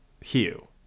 hugh